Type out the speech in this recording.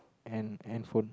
and handphone